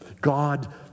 God